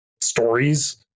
stories